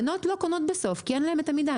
בנות לא קונות בסוף כי אין להן את המידה.